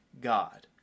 God